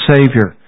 Savior